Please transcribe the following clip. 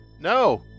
No